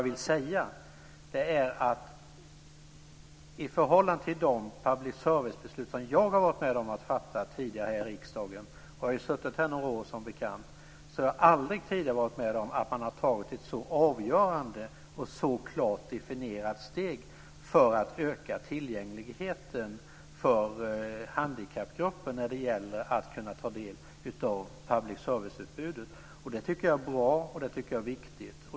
I förhållande till de public service-beslut som jag har varit med om att fatta tidigare här i riksdagen - jag har suttit här några år, som bekant - har jag aldrig tidigare varit med om att man har tagit ett så avgörande och så klart definierat steg för att öka tillgängligheten för handikappgruppen att kunna ta del av public service-utbudet. Det tycker jag är bra och viktigt.